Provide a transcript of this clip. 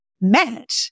met